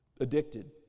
addicted